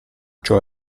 ciò